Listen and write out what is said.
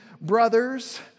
Brothers